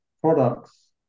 products